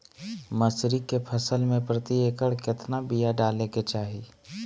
मसूरी के फसल में प्रति एकड़ केतना बिया डाले के चाही?